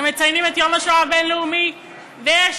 כשמציינים את יום השואה הבין-לאומי ויש